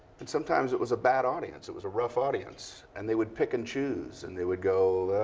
and sometimes it was a bad audience, it was a rough audience, and they would pick and choose. and they would go, ah,